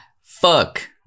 Fuck